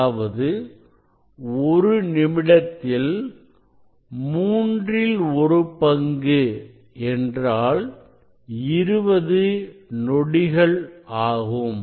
அதாவது ஒரு நிமிடத்தில் மூன்றில் ஒரு பங்கு என்றாள் 20 நொடிகள் ஆகும்